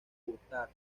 coulthard